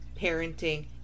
parenting